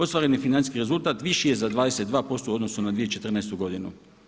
Ostvareni je financijski rezultat viši je za 22% u odnosu na 2014. godinu.